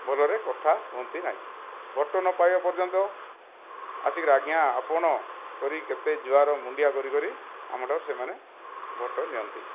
ଭଲରେ କଥା ହୁଅନ୍ତି ନାହିଁ ଭୋଟ ନ ପାଇବା ପର୍ଯ୍ୟନ୍ତ ଆସିକରି ଆଜ୍ଞା ଆପଣ କରି କେତେ ଜୁହାର ମୁଣ୍ଡିଆ କରି କରି ଆମଠାରୁ ସେମାନେ ଭୋଟ ନିଅନ୍ତି